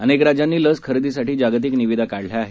अनेक राज्यांनी लस खरेदीसाठी जागतिक निविदा काढल्या आहेत